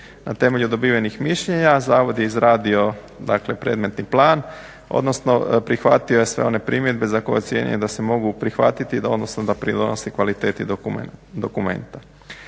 Na temelju dobivenih mišljenja zavod je izradio, dakle predmetni plan, odnosno prihvatio je sve one primjedbe za koje ocjenjuje da se mogu prihvatiti odnosno da pridonose kvaliteti dokumenta.